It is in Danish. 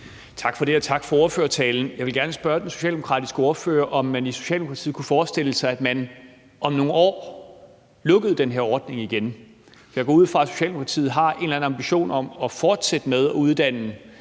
Tak for det. Og tak for ordførertalen. Jeg vil gerne spørge den socialdemokratiske ordfører, om man i Socialdemokratiet kunne forestille sig, at man om nogle år lukkede den her ordning igen. Jeg går ud fra, at Socialdemokratiet har en eller anden ambition om at fortsætte med at uddanne